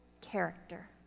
character